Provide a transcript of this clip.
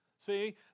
See